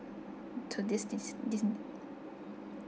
to this dis~ disney